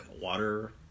water